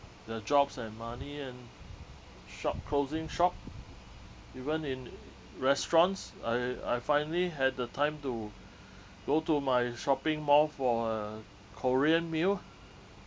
the jobs and money and shop closing shop even in restaurants I I finally had the time to go to my shopping mall for a korean meal